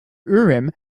urim